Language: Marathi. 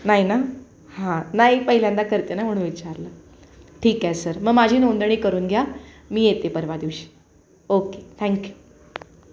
नाही ना हां नाही पहिल्यांदा करते ना म्हणून विचारलं ठीक आहे सर मग माझी नोंदणी करून घ्या मी येते परवा दिवशी ओके थँक्यू